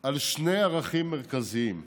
על שני ערכים מרכזיים: